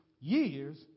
years